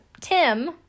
Tim